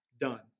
done